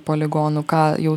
poligonų ką jau